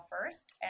first